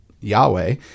Yahweh